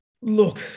Look